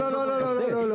לא, לא, לא.